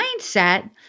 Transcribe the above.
mindset